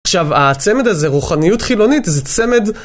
עכשיו, הצמד הזה, רוחניות חילונית, זה צמד...